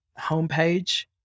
homepage